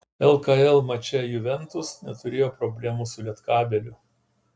lkl mače juventus neturėjo problemų su lietkabeliu